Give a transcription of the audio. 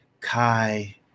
Kai